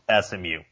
SMU